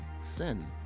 sin